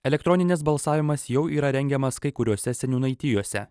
elektroninis balsavimas jau yra rengiamas kai kuriose seniūnaitijose